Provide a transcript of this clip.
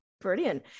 Brilliant